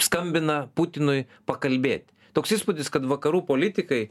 skambina putinui pakalbėt toks įspūdis kad vakarų politikai